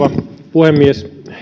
puhemies